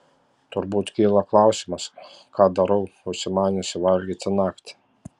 turbūt kyla klausimas ką darau užsimaniusi valgyti naktį